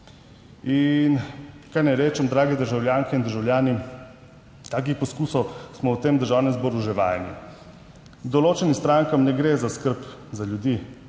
In kaj naj rečem, drage državljanke in državljani? Takih poskusov smo v tem Državnem zboru že vajeni. Določenim strankam ne gre za skrb za ljudi,